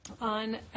On